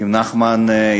עם נחמן,